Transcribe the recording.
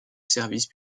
service